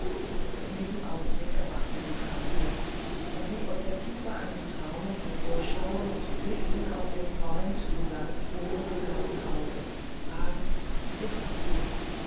in diesem augenblick erwachte die kranke und wie aus der tiefe eines traumes hervorschauend blickten auf den freund die sanften dunkelblauen augen fragend bittend